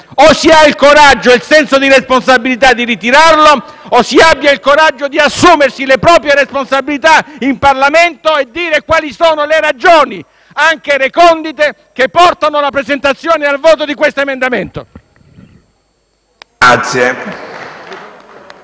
O si ha il coraggio e il senso di responsabilità di ritirarlo, oppure si abbia il coraggio di assumersi le proprie responsabilità in Parlamento e dire quali sono le ragioni, anche recondite, che portano alla presentazione e al voto di questo emendamento.